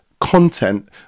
Content